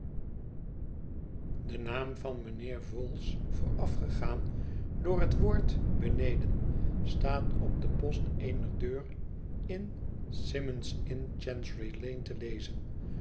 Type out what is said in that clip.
de naam van mijnheer vholes voorafgegaan door het woord beneden staat op den post eener deur in symond's inn chanceryl a ne te lezen